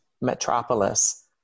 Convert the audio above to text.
metropolis